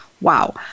Wow